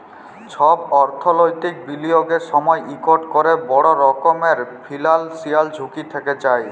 ছব অথ্থলৈতিক বিলিয়গের সময় ইকট ক্যরে বড় রকমের ফিল্যালসিয়াল ঝুঁকি থ্যাকে যায়